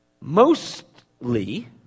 Mostly